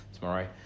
tomorrow